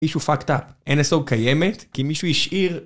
כי מישהו fucked up. NSO קיימת, כי מישהו השאיר...